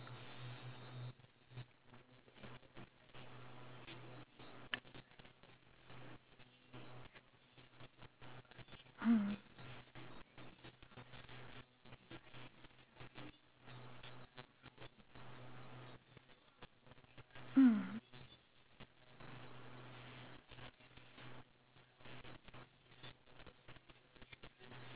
mm mm